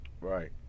Right